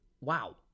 Wow